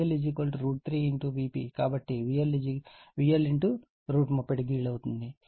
కాబట్టి VL ∠ 30o అవుతుంది